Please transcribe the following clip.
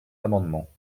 amendements